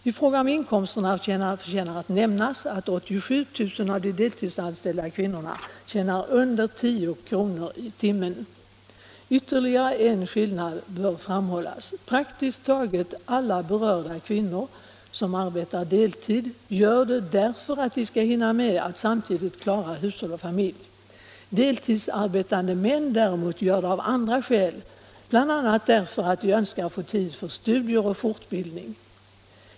I fråga om inkomsterna förtjänar att nämnas att 87 000 av de deltidsanställda kvinnorna tjänar under 10 kr. i timmen. Ytterligare en skillnad bör framhållas. Praktiskt taget alla kvinnor som arbetar deltid gör det därför att de skall hinna med att samtidigt klara hushåll och familj. Deltidsarbetande män däremot gör det av andra skäl, bl.a. därför att de önskar få tid för studier och fortbildning.